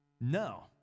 No